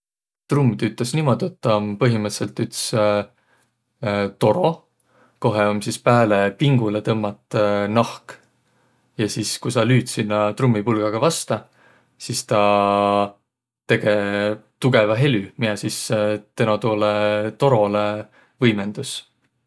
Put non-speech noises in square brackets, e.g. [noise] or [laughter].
Trumm tüütäs niimuudu, et tä om põhimõttõlisõlt üts [hesitation] toro, kohe om sis pääle pingulõ tõmmat [hesitation] nahk. Ja sis ku saq lüüt sinnäq trummipulgaga vasta, sis tä tege tugõva helü, miä sis teno tuulõ torolõ võimõndus.